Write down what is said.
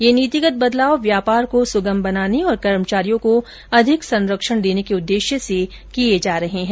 यह नीतिगत बदलाव व्यापार को सुगम बनाने और कर्मचारियों को अधिक संरक्षण देने के उद्देश्य से किए जा रहे हैं